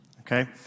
okay